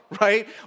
Right